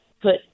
put